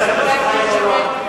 חבר הכנסת חיים אורון,